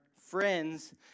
friends